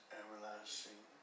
everlasting